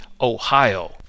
Ohio